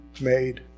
made